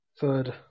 Third